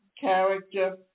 character